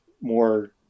more